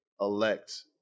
elect